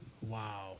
Wow